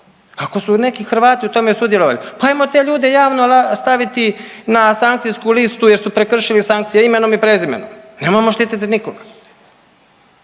Ako su neki Hrvati u tome sudjelovali pa ajmo te ljude javno staviti na sankcijsku listu jer su prekršili sankcije, imenom i prezimenom, nemojmo štiti nikoga.